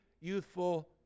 youthful